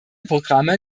programme